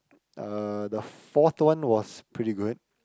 uh the forth one was pretty good